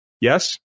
Yes